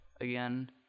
again